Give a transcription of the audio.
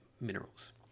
minerals